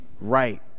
right